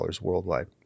worldwide